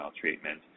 treatment